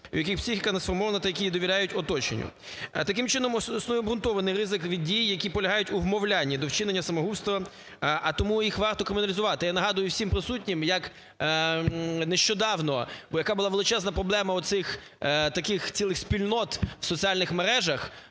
у яких психіка не сформована та які довіряють оточенню. Таким чином існує обґрунтований ризик дій, які полягають у вмовлянні до вчинення самогубства, а тому їх варто криміналізувати. Я нагадую всім присутнім, як нещодавно, яка була величезна проблема у цих таких цілих спільнот у соціальних мережах,